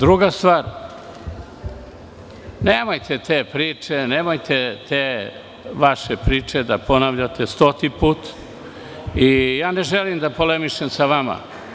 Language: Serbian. Druga stvar, nemojte te priče, nemojte te vaše priče da ponavljate stoti put i ne želim da polemišem sa vama.